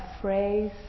phrase